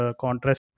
contrast